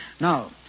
Now